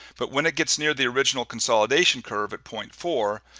but when it gets near the original consolidation curve at point four,